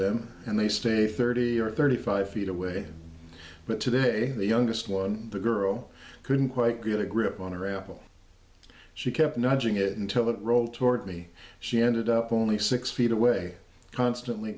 them and they stay thirty or thirty five feet away but today the youngest one the girl couldn't quite get a grip on a raffle she kept nudging it until it rolled toward me she ended up only six feet away constantly